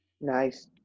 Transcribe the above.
Nice